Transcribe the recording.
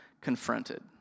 confronted